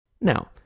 Now